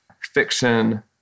fiction